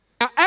Now